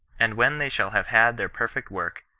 and when they shall have had their perfect work,